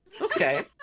okay